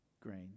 Grain